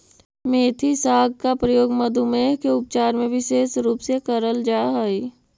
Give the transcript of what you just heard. मेथी साग का प्रयोग मधुमेह के उपचार में विशेष रूप से करल जा हई